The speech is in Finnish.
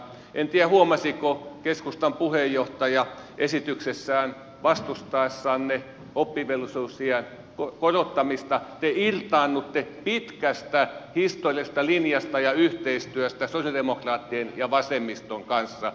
en tiedä huomasiko keskustan puheenjohtaja esityksessään vastustaessanne oppivelvollisuusiän korottamista että te irtaannutte pitkästä historiasta linjasta ja yhteistyöstä sosialidemokraat tien ja vasemmiston kanssa